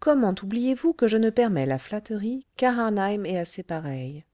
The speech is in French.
comment oubliez-vous que je ne permets la flatterie qu'à harneim et à ses pareils